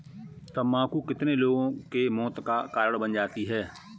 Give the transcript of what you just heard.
तम्बाकू कितने लोगों के मौत का कारण बन जाती है